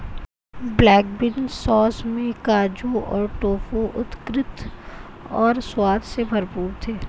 black bean sauce में काजू और टोफू उत्कृष्ट और स्वाद से भरपूर थे